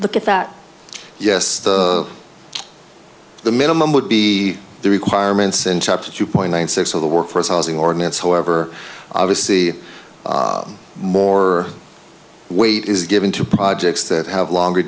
look at that yes the the minimum would be the requirements in chapter two point one six of the workforce housing ordinance however obviously more weight is given to projects that have longer